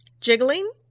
jiggling